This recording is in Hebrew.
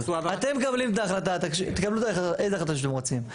אתם תקבלו איזו החלטה שאתם רוצים,